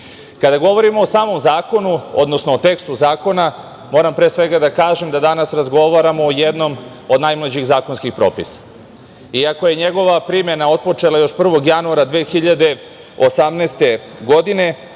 2018. godine. Kada govorimo o tekstu zakona, moram pre svega da kažem da danas razgovaramo o jednom od najmlađih zakonskih propisa, iako je njegova primena otpočela još 1. januara 2018. godine,